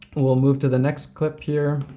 we'll move to the next clip here,